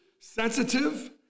sensitive